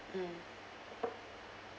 mm